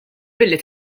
billi